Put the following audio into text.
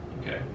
okay